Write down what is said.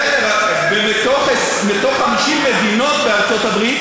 בסדר, אבל מתוך 50 מדינות בארצות-הברית